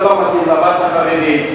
זה לא מתאים לבת החרדית.